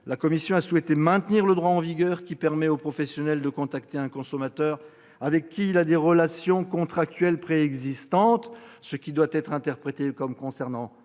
-, et a souhaité maintenir le droit en vigueur qui permet au professionnel de contacter un consommateur avec lequel il a des « relations contractuelles préexistantes », ce qui doit être interprété comme concernant